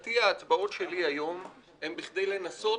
מבחינתי ההצבעות שלי היום הן בכדי לנסות